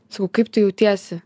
sakau kaip tu jautiesi